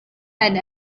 had